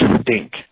stink